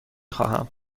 خواهم